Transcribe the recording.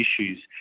issues